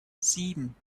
sieben